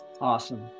Awesome